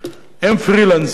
הם פרילנסרים,